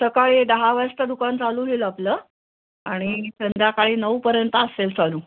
सकाळी दहा वाजता दुकान चालू होईल आपलं आणि संध्याकाळी नऊपर्यंत असेल चालू